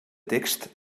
text